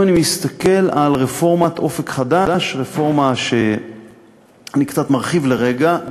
אם אני מסתכל על רפורמת "אופק חדש" אני קצת מרחיב לרגע,